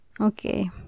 Okay